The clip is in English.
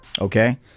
Okay